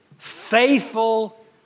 faithful